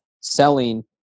selling